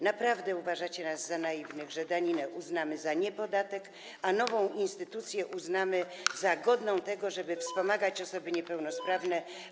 Naprawdę uważacie nas za tak naiwnych, że daninę uznamy za niepodatek, a nową instytucję uznamy za godną tego, żeby wspomagać osoby niepełnosprawne?